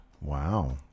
Wow